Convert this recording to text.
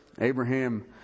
Abraham